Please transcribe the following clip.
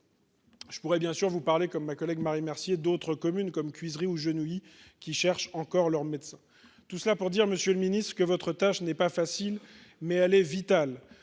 je pourrais bien sûr, vous parlez comme ma collègue Marie Mercier d'autres communes comme Cuisery genou il qui cherchent encore leur médecin, tout cela pour dire, Monsieur le Ministre, que votre tâche n'est pas facile mais elle est vitale,